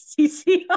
CCR